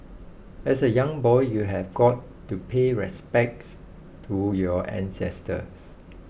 as a young boy you have got to pay respects to your ancestors